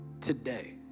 today